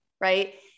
Right